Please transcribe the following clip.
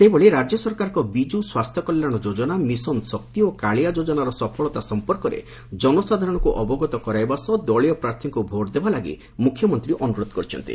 ସେହିଭଳି ରାଜ୍ୟ ସରକାରଙ୍କ ବିଜୁ ସ୍ୱାସ୍ଥ୍ୟକଲ୍ୟାଣ ଯୋଜନା ମିଶନ ଶକ୍ତି ଓ କାଳିଆ ଯୋଜନାର ସଫଳତା ସଫ୍ପର୍କରେ ଜନସାଧାରଣଙ୍କୁ ଅବଗତ କରାଇବା ସହ ଦଳୀୟ ପ୍ରାର୍ଥୀଙ୍କୁ ଭୋଟ ଦେବା ଲାଗି ମୁଖ୍ୟମନ୍ତୀ ଅନୁରୋଧ କରିଛନ୍ତି